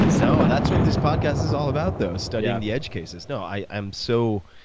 like so that's what this podcast is all about though, studying the edge cases. no, i am so